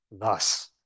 thus